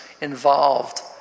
involved